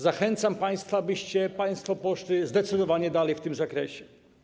Zachęcam państwa, abyście państwo poszli zdecydowanie dalej w tym zakresie.